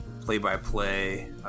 Play-By-Play